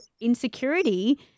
insecurity